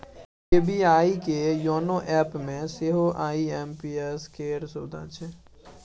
SBI के YONO एपमे सेहो आई.एम.पी.एस केर सुविधा छै